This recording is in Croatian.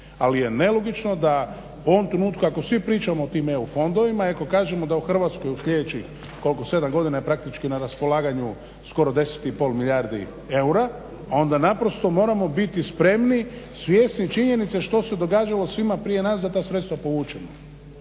Ali je nelogično da u ovom trenutku ako svi pričamo o tim EU fondovima i ako kažemo da u Hrvatskoj u slijedećih 7 godina je na raspolaganju skoro 10,5 milijardi eura onda naprosto moramo biti spremni, svjesni činjenice što se događalo svima prije nas da ta sredstva povučemo.